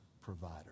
provider